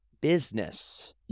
business